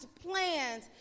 plans